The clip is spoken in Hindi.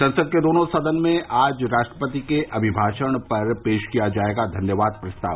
संसद के दोनों सदन में आज राष्ट्रपति के अभिभाषण पर पेश किया जायेगा धन्यवाद प्रस्ताव